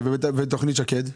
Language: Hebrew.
ותוכנית שקד?